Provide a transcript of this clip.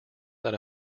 that